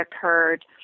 occurred